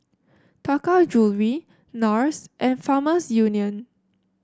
Taka Jewelry NARS and Farmers Union